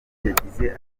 yagize